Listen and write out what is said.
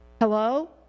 Hello